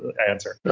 answer.